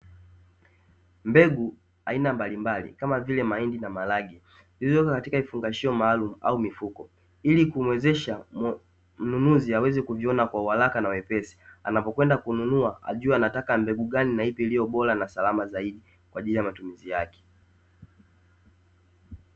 Mbegu aina mbalimbali kama vile mahindi na maharage, zilizowekwa kwenye vifungashio maalumu au mifuko, ili kumuwezesha mnunuzi aweze kuviona kwa uharaka na wepesi. Anapokwenda kununua, ajue anataka mbegu gani na ipi iliyo bora na salama zaidi, kwa ajili ya matumizi yake.